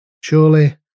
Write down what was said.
Surely